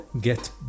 get